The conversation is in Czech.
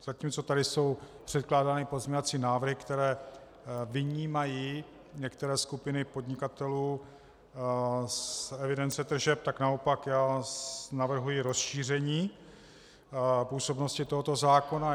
Zatímco tady jsou předkládány pozměňovací návrhy, které vyjímají některé skupiny podnikatelů z evidence tržeb, tak naopak já navrhuji rozšíření působnosti tohoto zákona.